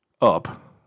up